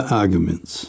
arguments